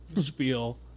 spiel